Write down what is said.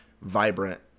vibrant